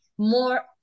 More